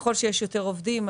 ככל שיש יותר עובדים,